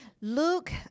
Luke